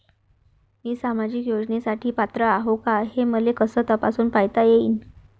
मी सामाजिक योजनेसाठी पात्र आहो का, हे मले कस तपासून पायता येईन?